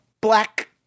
black